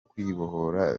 kwibohora